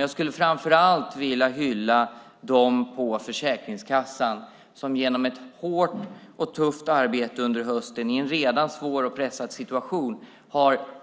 Jag skulle framför allt vilja hylla dem på Försäkringskassan som genom ett hårt och tufft arbete under hösten, i en redan svår och pressad situation,